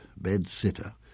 bed-sitter